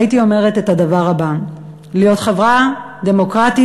הייתי אומרת את הדבר הבא: להיות חברה דמוקרטית,